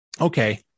okay